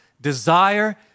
desire